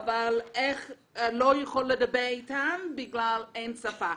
שמוסעים בהסעה אבל אי אפשר לדבר אתם בגלל השפה.